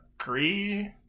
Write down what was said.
agree